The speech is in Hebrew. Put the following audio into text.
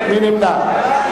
מי נמנע?